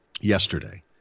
yesterday